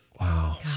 Wow